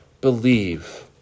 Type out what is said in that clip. believe